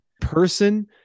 person